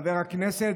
חבר הכנסת,